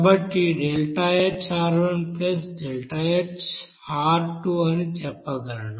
కాబట్టి ΔHR1ΔHR2 అని చెప్పగలను